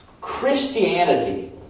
Christianity